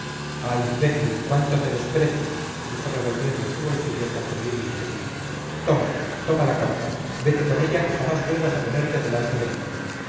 ah imbécil cuánto te desprecio dijo revolviendo en su bolsillo con febril inquietud toma toma la carta vete con ella y jamás vuelvas a ponerte delante de mí